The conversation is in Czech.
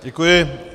Děkuji.